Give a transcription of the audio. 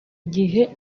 gihe